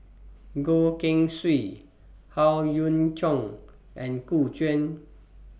Goh Keng Swee Howe Yoon Chong and Gu Juan